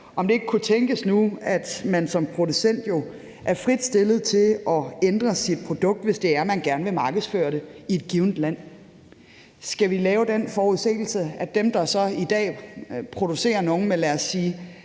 om det ikke kunne tænkes, at man nu som producent er frit stillet til at ændre sit produkt, hvis man gerne vil markedsføre det i et givent land. Skal vi lave den forudsigelse, at dem, der så i dag producerer noget med, lad os sige